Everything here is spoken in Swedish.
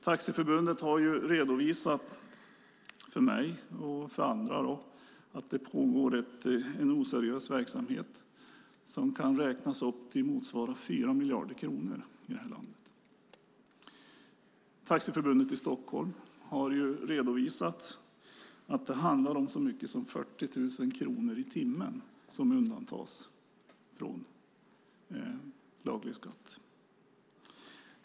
Taxiförbundet har redovisat för mig och för andra att det pågår en oseriös verksamhet som kan räknas upp till motsvarande 4 miljarder kronor. Taxiförbundet i Stockholm har redovisat att det handlar om så mycket som 40 000 kronor i timmen som undantas från laglig skatt.